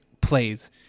plays